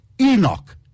Enoch